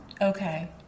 Okay